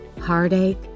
heartache